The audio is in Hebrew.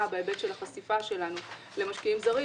בהיבט של החשיפה שלנו למשקיעים זרים,